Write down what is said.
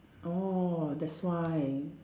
oh that's why